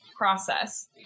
process